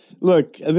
look